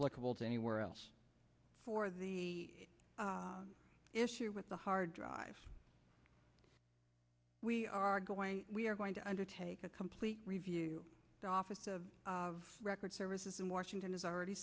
flexible to anywhere else for the issue with the hard drive we are going we are going to undertake a complete review the office of of record services in washington has already